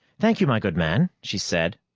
thank you, my good man, she said.